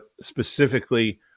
specifically